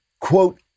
quote